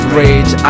rage